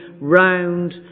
round